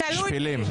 שפלים.